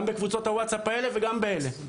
גם בקבוצות הוואטסאפ האלה וגם באלה.